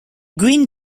green